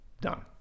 Done